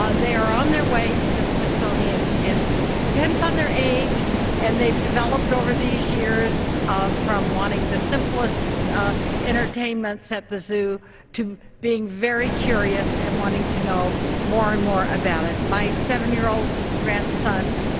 ah they are on their way to the smithsonian and it depends on their age and they've developed over these years from wanting the simplest entertainments at the zoo to being very curious and wanting to know more and more about it, my seven year old grandson